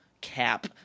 cap